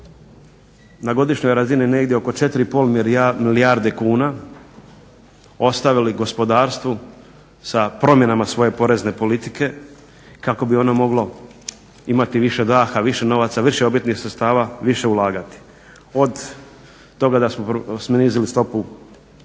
na godišnjoj razini negdje oko 4,5 milijarde kuna ostavili gospodarstvu sa promjenama svoje porezne politike kako bi ono moglo imati više daha, više novaca, više obrtnih sredstava, više ulagati. Od toga da smo prvo snizili stopu